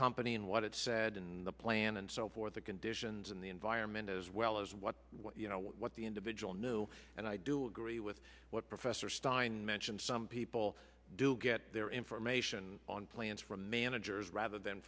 company and what it said in the plan and so forth the conditions in the environment as well as what what you know what the individual knew and i do agree with what professor stein mentioned some people do get their information on plans from managers rather than